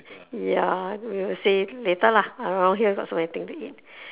ya we'll say later lah around here got so many thing to eat